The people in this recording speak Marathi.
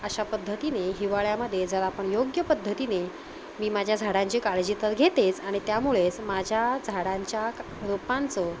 अशा पद्धतीने हिवाळ्यामध्ये जर आपण योग्य पद्धतीने मी माझ्या झाडांची काळजी तर घेतेच आणि त्यामुळेच माझ्या झाडांच्या क रोपांचं